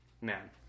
man